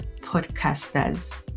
podcasters